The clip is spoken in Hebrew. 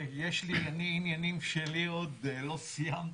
יש לי עניינים שלי, עוד לא סיימתי.